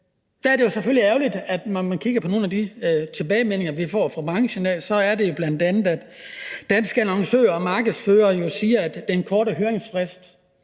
Det er selvfølgelig ærgerligt at høre, når man kigger på nogle af de tilbagemeldinger, vi har fået fra branchen, at bl.a. Danske Annoncører og Markedsførere siger, at den korte høringsfrist